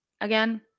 again